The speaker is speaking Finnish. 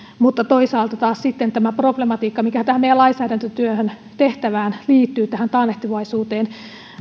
mutta mitä toisaalta taas sitten tulee tähän problematiikkaan mikä tähän meidän lainsäädäntötyön tehtävään liittyy tähän taannehtivaisuuteen